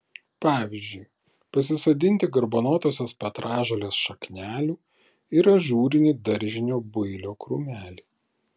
pavyzdžiui pasisodinti garbanotosios petražolės šaknelių ir ažūrinį daržinio builio krūmelį